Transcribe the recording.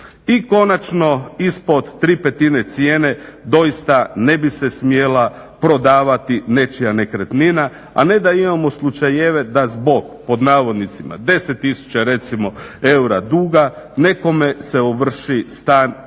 I konačno, ispod 3/5 cijene doista ne bi se smjela prodavati nečija nekretnina, a ne da imamo slučajeve da zbog "10 tisuća" recimo eura duga nekome se ovrši stan koji